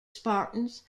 spartans